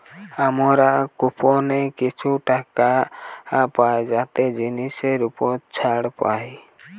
আমরা কুপনে কিছু টাকা পাই যাতে জিনিসের উপর ছাড় পাই